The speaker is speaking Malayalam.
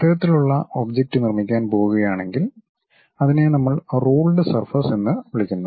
അത്തരത്തിലുള്ള ഒബ്ജക്റ്റ് നിർമ്മിക്കാൻ പോകുകയാണെങ്കിൽ അതിനെ നമ്മൾ റൂൾഡ് സർഫസ് എന്ന് വിളിക്കുന്നു